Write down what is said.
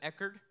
Eckerd